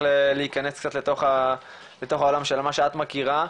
להכנס קצת לתוך העולם של מה שאת מכירה,